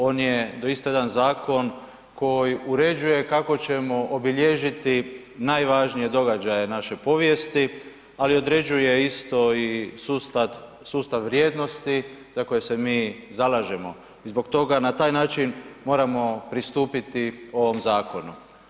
On je doista jedan zakon koji uređuje kako ćemo obilježiti najvažnije događaje naše povijesti ali određuje isto i sustav vrijednosti za koje se mi zalažemo i zbog toga na taj način moramo pristupiti ovom zakonu.